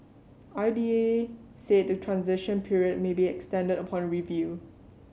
I D A said the transition period may be extended upon review